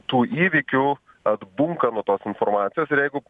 tų įvykių atbunka nuo tos informacijos ir jeigu